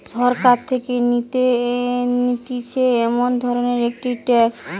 সরকার থেকে নিতেছে এমন ধরণের একটি ট্যাক্স